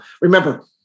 Remember